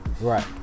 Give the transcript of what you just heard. Right